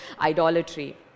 idolatry